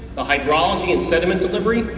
the hydrolic and sediment delivery.